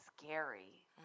scary